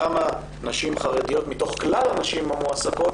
כמה נשים חרדיות מתוך כלל הנשים המועסקות